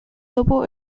topo